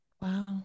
Wow